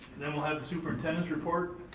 then we'll have the superintendent's report,